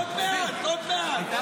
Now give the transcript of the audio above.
--- עוד מעט, עוד מעט.